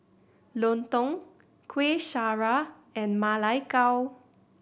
lontong Kuih Syara and Ma Lai Gao